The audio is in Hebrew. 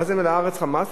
מה זה "מלאה הארץ חמס"?